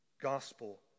Gospel